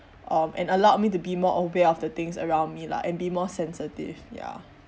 um and allowed me to be more aware of the things around me lah and be more sensitive ya